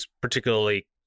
particularly